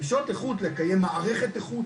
דרישות איכות לקיים מערכת איכות,